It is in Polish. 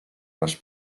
masz